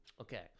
Okay